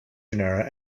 genera